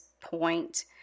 point